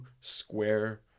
square